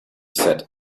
said